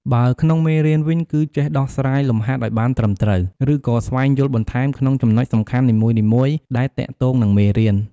បើក្នុងមេរៀនវិញ គឺចេះដោះស្រាយលំហាត់ឲ្យបានត្រឹមត្រូវ ឬក៏ស្វែងយល់បន្ថែមក្នុងចំណុចសំខាន់នីមួយៗដែលទាក់ទងនឹងមេរៀន។